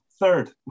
Third